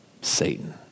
Satan